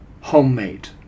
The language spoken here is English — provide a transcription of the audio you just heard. homemade